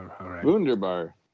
Wunderbar